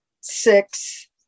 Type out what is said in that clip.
six